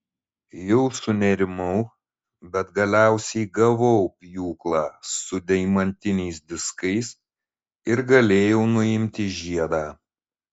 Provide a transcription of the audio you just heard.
jau sunerimau bet galiausiai gavau pjūklą su deimantiniais diskais ir galėjau nuimti žiedą